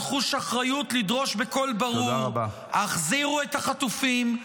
חוש אחריות לדרוש בקול ברור: החזירו את החטופים,